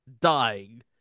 dying